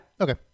Okay